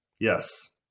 Yes